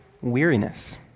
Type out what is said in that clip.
weariness